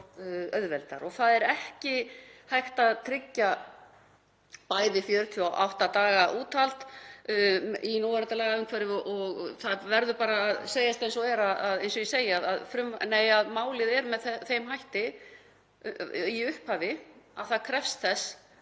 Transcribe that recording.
Það er ekki hægt að tryggja bæði 48 daga úthald í núverandi lagaumhverfi og það verður bara að segjast eins og er að málið er með þeim hætti í upphafi að það krefst þess